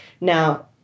Now